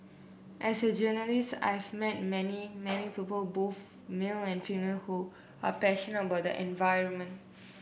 as a journalist I've met many many people both male and female who are passionate about the environment